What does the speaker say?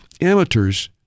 Amateurs